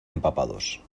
empapados